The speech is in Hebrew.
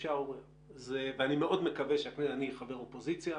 אני חבר אופוזיציה,